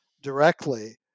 directly